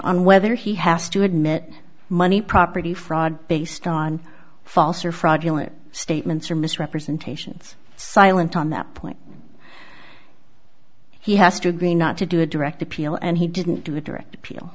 on whether he has to admit money property fraud based on false or fraudulent statements or misrepresentations silent on that point he has to agree not to do a direct appeal and he didn't do a direct appeal